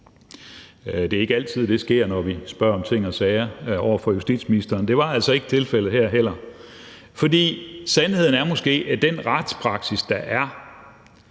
Det er ikke altid, det sker, når vi spørger justitsministeren om ting og sager, og det var altså heller ikke tilfældet her. For sandheden er måske, at med den retspraksis, der er,